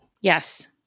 Yes